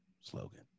slogan